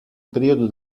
periodo